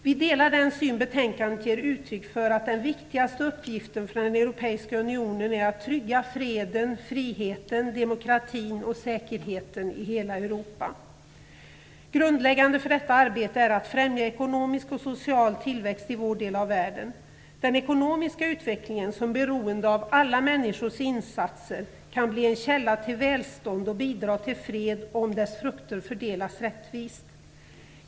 Vi delar den syn betänkandet ger uttryck för, att den viktigaste uppgiften för den europeiska unionen är att trygga freden, friheten, demokratin och säkerheten i hela Europa. Grundläggande för detta arbete är att främja ekonomisk och social tillväxt i vår del av världen. Den ekonomiska utvecklingen, som är beroende av alla människors insatser, kan bli en källa till välstånd och bidra till fred om dess frukter fördelas rättvist.